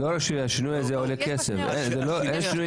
אין שינוי